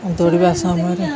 ଦୌଡ଼ିବା ସମୟରେ